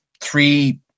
three